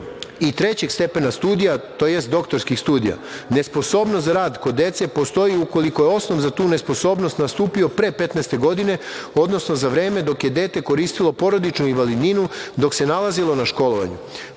i trećeg stepena studija, tj. doktorskih studija. Nesposobnost za rad kod dece, postoji ukoliko je osnov za tu nesposobnost nastupio pre 15 godine, odnosno za vreme dok je dete koristilo porodičnu invalidninu, dok se nalazilo na školovanju. Propisana